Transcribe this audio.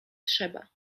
trzeba